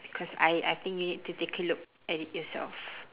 because I I think you need to take a look at it yourself